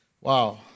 Wow